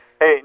Hey